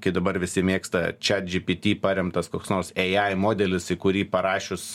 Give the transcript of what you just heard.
kai dabar visi mėgsta chat gpt paremtas koks nors eiai modelis į kurį parašius